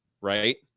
right